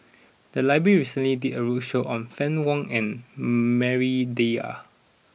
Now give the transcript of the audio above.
the library recently did a roadshow on Fann Wong and Maria Dyer